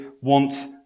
want